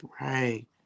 right